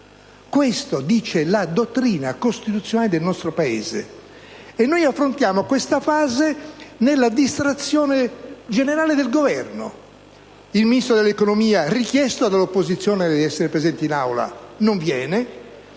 Questo dice la dottrina costituzionale del nostro Paese. E noi affrontiamo questa fase nella distrazione generale del Governo. Il Ministro dell'economia, richiesto dall'opposizione di essere presente in Aula, non viene.